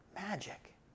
magic